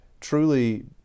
truly